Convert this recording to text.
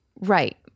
right